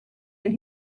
that